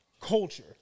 culture